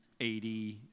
80